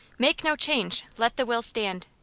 make no change let the will stand.